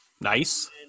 Nice